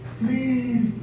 please